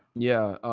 yeah.